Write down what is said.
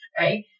Right